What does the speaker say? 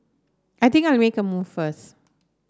I think I'll make a move first